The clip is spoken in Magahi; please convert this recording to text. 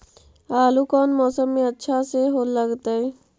आलू कौन मौसम में अच्छा से लगतैई?